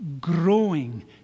growing